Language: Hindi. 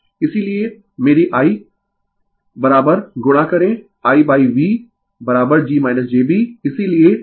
इसीलिये मेरी I गुणा करें I V g -jb इसीलिये I V g jVb